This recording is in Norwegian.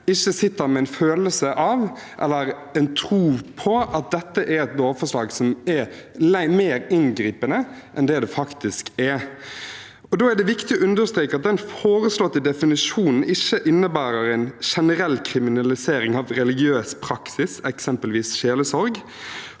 ikke sitter med en følelse av eller en tro på at dette er et lovforslag som er mer inngripende enn det faktisk er. Da er det viktig å understreke at den foreslåtte definisjonen ikke innebærer en generell kriminalisering av religiøs praksis, eksempelvis sjelesorg.